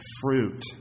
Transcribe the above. fruit